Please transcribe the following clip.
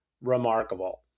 remarkable